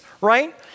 right